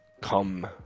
come